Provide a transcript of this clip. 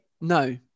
No